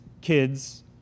kids